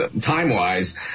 time-wise